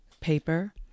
Paper